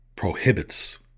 Prohibits